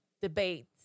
debate